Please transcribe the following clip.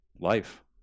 life